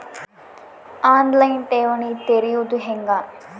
On line ಠೇವಣಿ ತೆರೆಯೋದು ಹೆಂಗ?